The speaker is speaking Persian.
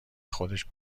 خودش